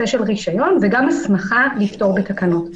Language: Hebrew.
של רישיון וגם הסמכה לפטור בתקנות.